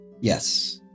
Yes